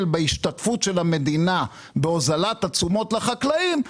בהשתתפות של המדינה בהוזלת התשומות לחקלאים,